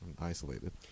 isolated